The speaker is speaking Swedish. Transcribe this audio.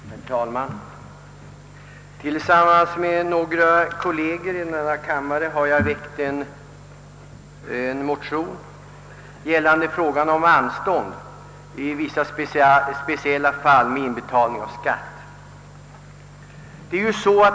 Herr talman! Tillsammans med några kolleger i denna kammare har jag väckt en motion som gäller frågan om anstånd i vissa speciella fall med inbetalning av skatt.